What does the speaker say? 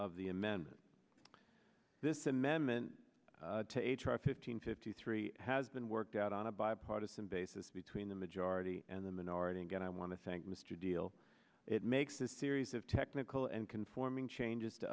of the amendment this amendment to h r fifteen fifty three has been worked out on a bipartisan basis between the majority and the minority again i want to thank mr deal it makes a series of technical and conforming changes to